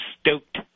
stoked